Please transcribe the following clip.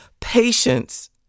patience